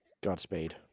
Godspeed